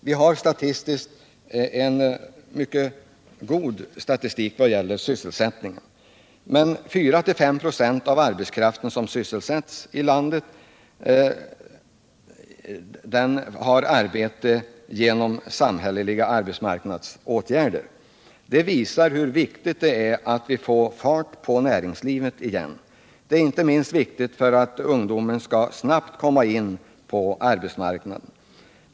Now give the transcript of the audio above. Det har således skett en förbättring av sysselsättningen för denna kategori. Men 4-5 96 av den arbetskraft som nu är sysselsatt här i landet har arbete genom samhälleliga arbetsmarknadsåtgärder. Detta visar hur viktigt det är att vi får fart på näringslivet igen. Det är inte minst viktigt för att ungdomen snabbt skall komma in på arbetsmarknaden.